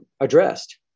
addressed